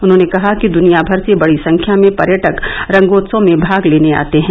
उन्होंने कहा कि दुनिया भर से बड़ी संख्या में पर्यटक रंगोत्सव में भाग लेने आते हैं